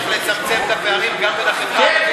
יש צורך לצמצם את הפערים גם לחברה הערבית.